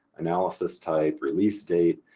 analysis type, release date,